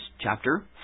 chapter